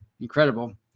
incredible